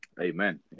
Amen